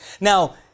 Now